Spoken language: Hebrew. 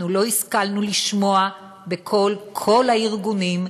אנחנו לא השכלנו לשמוע בקול כל הארגונים,